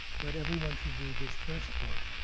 but everyone should read his first book,